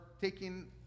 taking